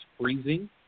freezing